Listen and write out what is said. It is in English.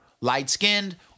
light-skinned